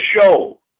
show